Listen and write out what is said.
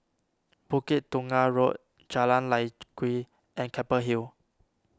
Bukit Tunggal Road Jalan Lye Kwee and Keppel Hill